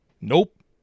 Nope